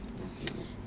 okay